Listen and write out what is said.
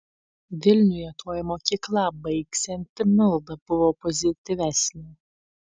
vilniuje tuoj mokyklą baigsianti milda buvo pozityvesnė